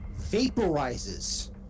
vaporizes